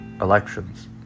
elections